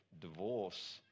divorce